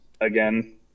Again